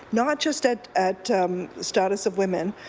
not just at at status of women.